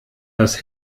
das